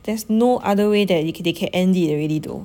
there's no other way that you can they can end it already though